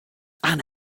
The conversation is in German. arne